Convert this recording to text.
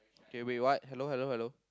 K wait what hello hello